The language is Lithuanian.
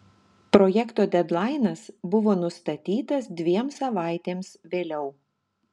projekto dedlainas buvo nustatytas dviem savaitėms vėliau